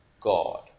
God